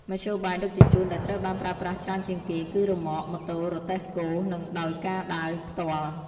មធ្យោបាយដឹកជញ្ជូនដែលត្រូវបានប្រើប្រាស់ច្រើនជាងគេ គឺរ៉ឺម៉ក ម៉ូតូ រទេះគោ និងដោយការដើរផ្ទាល់។